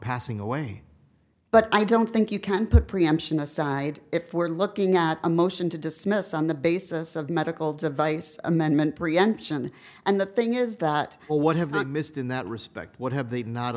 passing away but i don't think you can put preemption aside if we're looking at a motion to dismiss on the basis of medical device amendment preemption and the thing is that well what have i missed in that respect what have they not